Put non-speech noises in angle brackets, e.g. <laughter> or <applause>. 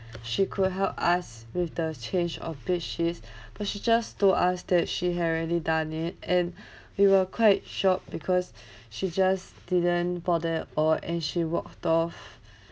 she could help us with the change of bed sheets <breath> but she just told us that she had already done it and <breath> we were quite shocked because <breath> she just didn't bother at all and she walked off <breath>